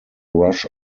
rush